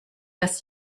dass